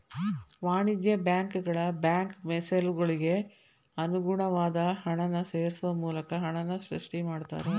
ವಾಣಿಜ್ಯ ಬ್ಯಾಂಕುಗಳ ಬ್ಯಾಂಕ್ ಮೇಸಲುಗಳಿಗೆ ಅನುಗುಣವಾದ ಹಣನ ಸೇರ್ಸೋ ಮೂಲಕ ಹಣನ ಸೃಷ್ಟಿ ಮಾಡ್ತಾರಾ